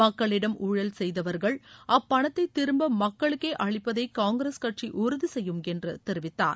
மக்களிடம் ஊழல் செய்தவர்கள் அப்பணத்தை திரும்ப மக்களுக்கே அளிப்பதை காங்கிரஸ் கட்சி உறுதி செய்யும் என்று தெரிவித்தார்